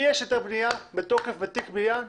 יש את הבנייה בתוקף בתיק הבנייה,